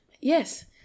yes